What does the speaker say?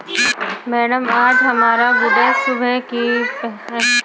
madam आज हमारा goods सुबह की पहली ट्रैन से आने वाला है